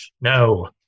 No